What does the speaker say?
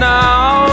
now